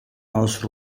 aus